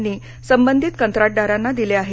यांनी संबंधित कंत्राटदारांना दिले आहेत